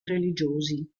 religiosi